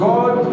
God